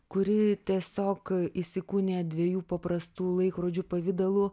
kuri tiesiog įsikūnija dviejų paprastų laikrodžių pavidalu